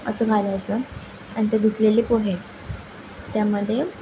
असं घालायचं आणि ते धुतलेले पोहे त्यामध्ये